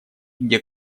где